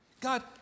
God